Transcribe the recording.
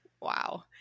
Wow